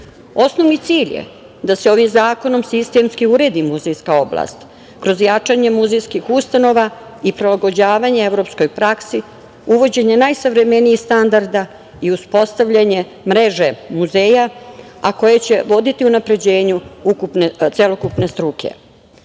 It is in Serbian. Osnovni cilj je da se ovim zakonom sistemski uredi muzejska oblast kroz jačanje muzejskih ustanova i prilagođavanje evropskoj praksi, uvođenjem najsavremenijih standarda i uspostavljanje mreže muzeja, a koje će voditi ka unapređenju celokupne struke.U